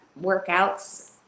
workouts